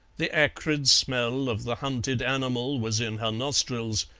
the acrid smell of the hunted animal was in her nostrils,